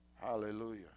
Hallelujah